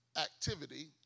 activity